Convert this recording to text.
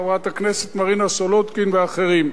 חברת הכנסת מרינה סולודקין ואחרים.